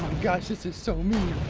gosh, this is so mean